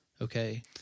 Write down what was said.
Okay